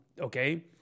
okay